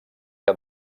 que